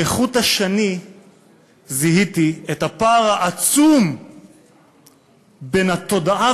כחוט השני זיהיתי את הפער העצום בין התודעה